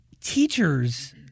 Teachers